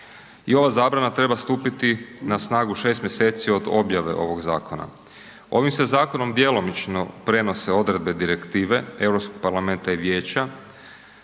I ova zabrana treba stupiti na snagu 6 mjeseci od objave ovog zakona. Ovim se zakonom djelomično prenose odredbe Direktive Europskog parlamenta i Vijeća